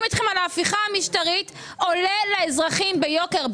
איתכם על ההפיכה המשטרית עולה לאזרחים ביוקר,